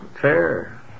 fair